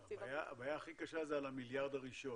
ה --- הבעיה הכי קשה זה על המיליארד הראשון,